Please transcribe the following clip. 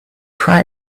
try